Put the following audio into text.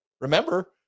Remember